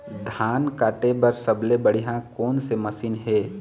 धान काटे बर सबले बढ़िया कोन से मशीन हे?